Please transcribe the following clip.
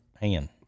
hand